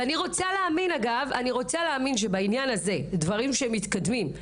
ואני רוצה להאמין שבעניין הזה והדברים שמתקדמים,